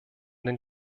den